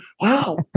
Wow